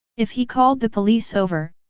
if he called the police over,